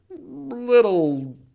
little